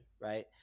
right